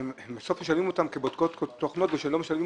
בסוף מעסיקים אותן כבודקות תוכנות אבל יש להם